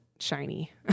shiny